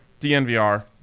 DNVR